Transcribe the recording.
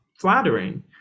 flattering